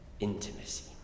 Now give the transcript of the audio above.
intimacy